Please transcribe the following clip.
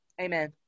Amen